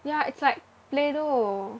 ya it's like Play-Doh